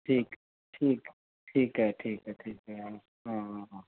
ਠੀਕ ਠੀਕ ਠੀਕ ਹੈ ਠੀਕ ਹੈ ਠੀਕ ਹੈ ਹਾਂ ਹਾਂ